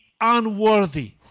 unworthy